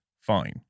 fine